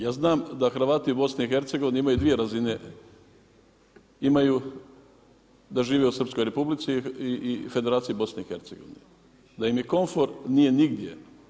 Ja znam da Hrvati u BiH-a imaju dvije razine, imaju da žive u Srpskoj Republici i Federaciji BiH-a, da im komfor nije nigdje.